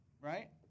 right